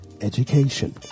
education